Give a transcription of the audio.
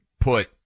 put